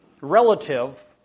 relative